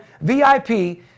VIP